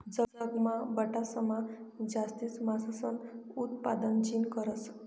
जगमा बठासमा जास्ती मासासनं उतपादन चीन करस